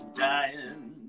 dying